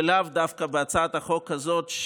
ולאו דווקא בהצעת החוק הזאת,